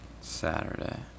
Saturday